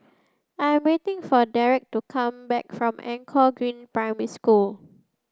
I am waiting for Derrek to come back from Anchor Green Primary School